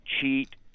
cheat